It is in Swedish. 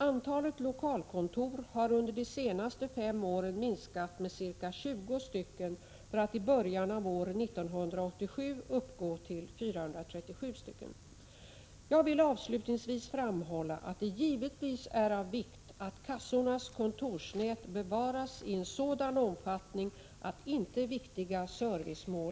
Antalet lokalkontor har under de senaste fem åren minskat med ca 20 för att i början av år 1987 uppgå till 437. Jag vill avslutningsvis framhålla att det givetvis är av vikt att kassornas kontorsnät bevaras i en sådan omfattning att inte viktiga servicemål